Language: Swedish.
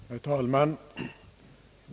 Herr talman!